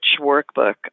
workbook